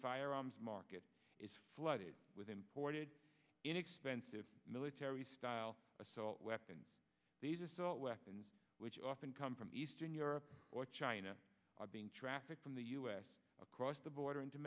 firearms it is flooded with imported inexpensive military style assault weapons these assault weapons which often come from eastern europe or china are being trafficked from the u s across the border into